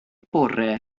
bore